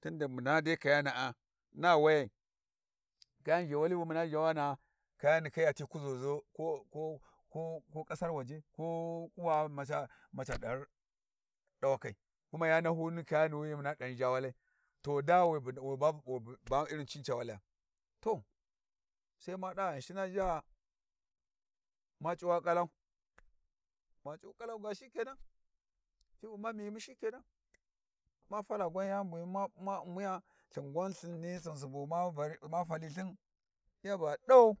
Tundi muna dai kayana'a na wayai kayani zhewali wi muna zhawana'a kayani kai yati kuzu ko ko kasar waje ko kuwa maca musa dighan ɗawakai ko ya nahuni kayani we muna ɗighan zha walai to da we babu p'a irin cini ca walaiya. To sai ma ɗa Ghinshina zha ma c'uwa kalau ma c'u ƙalau ga shikenan, fiwi ma miyimu shinke nan, ma fala gwan yami ma ummiya, lthin gwan lthin subu ma fali lthin ya ba ɗawau.